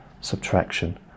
subtraction